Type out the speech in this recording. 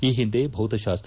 ಈ ಹಿಂದೆ ಭೌತಶಾಸ್ತ